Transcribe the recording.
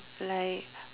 like